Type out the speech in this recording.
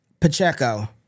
Pacheco